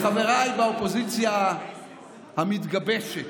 לחבריי באופוזיציה המתגבשת